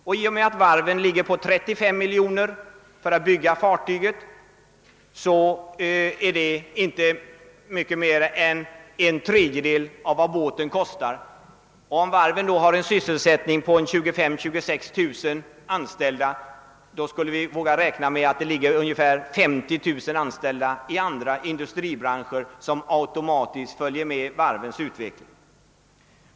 Varvens andel för att bygga fartyget ligger, som jag sade, på 35 miljoner kronor, och det är inte mycket mer. än en tredjedel av vad båten kostar. Om varven då har en sysselsättning på 25 000—26 000 anställda skulle vi våga räkna med att det är ungefär 50 000 anställda i andra industribranscher som automatiskt följer med varvens utveckling.